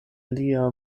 lia